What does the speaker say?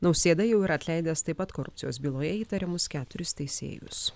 nausėda jau yra atleidęs taip pat korupcijos byloje įtariamus keturis teisėjus